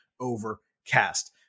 Overcast